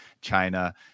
China